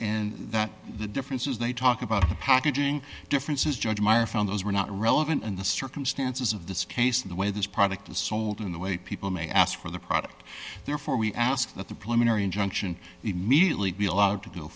and that the differences they talk about the packaging differences judge meyer found those were not relevant in the circumstances of this case in the way this product is sold in the way people may ask for the product therefore we ask that the plenary injunction immediately be allowed to